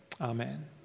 amen